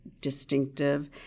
distinctive